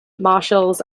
marshals